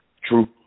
True